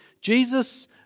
Jesus